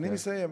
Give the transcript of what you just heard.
אני מסיים.